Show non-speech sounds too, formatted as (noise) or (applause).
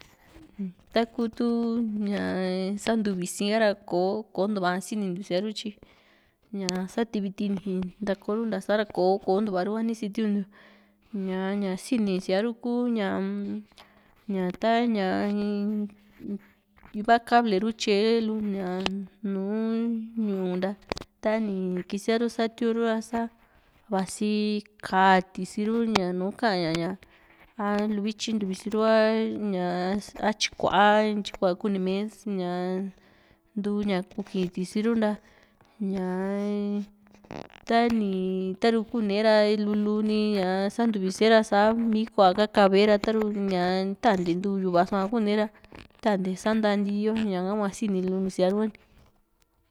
(noise) takuu tu santuvisi ka ra kò´o kontua sinintiu síaa ru tyi sa´ti viti ni ntakooru ntasa ra kontuaru ha nisitiun ña ñaa sini siaru hua mm ña ta´ña in iva cable ru tyae lu nùù ñu´u nta tani ksiaru satiuru sa vasi ka´a tisiru ña nùù ka´ña ña a luvityi ntu visiru ña a tyikua a ntyi kua kunimee ña ntuu ña kukii tisiru ra ña tani ta´ru kune ra lulu ni sa ntuvise ra sa mii kuaa´ha kavae taru ña tantee ntuu yu´va so kune ra tantee sa´nta ntiiyo ñaha hua sini lu síaa ruhani.